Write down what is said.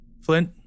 Flint